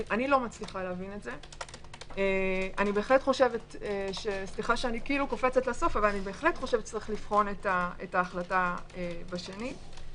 אני בהחלט חושבת שיש לבחון את ההחלטה בשנית.